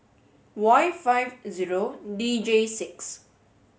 Y five zero D J six